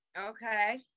Okay